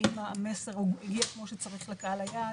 האם המסר הגיע כמו שצריך לקהל היעד.